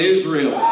Israel